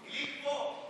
גליק פה.